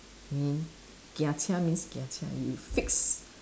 mean gia chia means gia chia you fix